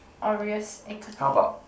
Orioles Academy